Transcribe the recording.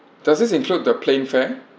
does it include the plane fare